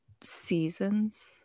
seasons